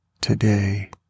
today